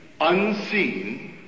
unseen